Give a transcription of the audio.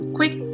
Quick